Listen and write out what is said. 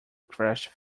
crashed